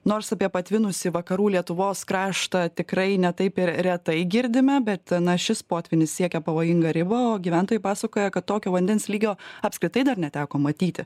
nors apie patvinusį vakarų lietuvos kraštą tikrai ne taip ir retai girdime bet na šis potvynis siekia pavojingą ribą o gyventojai pasakoja kad tokio vandens lygio apskritai dar neteko matyti